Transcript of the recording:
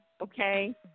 Okay